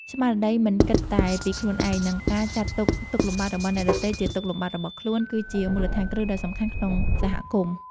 ស្មារតីមិនគិតតែពីខ្លួនឯង និងការចាត់ទុក ទុក្ខលំបាករបស់អ្នកដទៃជាទុក្ខលំបាករបស់ខ្លួន គឺជាមូលដ្ឋានគ្រឹះដ៏សំខាន់ក្នុងសហគមន៍។